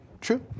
true